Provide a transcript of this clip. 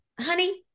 honey